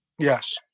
Yes